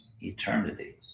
eternity